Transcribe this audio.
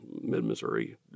mid-Missouri